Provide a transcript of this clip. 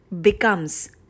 becomes